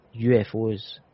UFOs